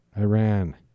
Iran